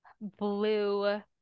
blue